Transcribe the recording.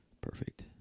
Perfect